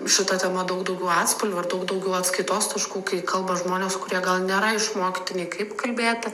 šita tema daug daugiau atspalvių ir daug daugiau atskaitos taškų kai kalba žmonės kurie gal nėra išmokyti nei kaip kalbėti